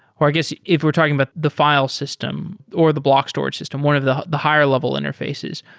or i guess if we're talking about the file system or the block storage system, one of the the higher level interfaces,